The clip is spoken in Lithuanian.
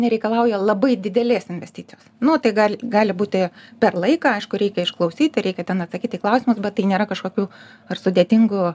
nereikalauja labai didelės investicijos nu tai gal gali būti per laiką aišku reikia išklausyt reikia ten atsakyt į klausimus bet tai nėra kažkokių ar sudėtingų